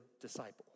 disciple